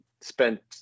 spent